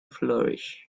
flourish